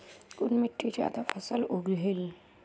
कुन मिट्टी ज्यादा फसल उगहिल?